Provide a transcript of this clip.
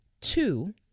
Two